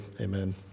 amen